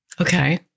Okay